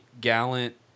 gallant